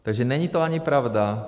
Takže není to ani pravda.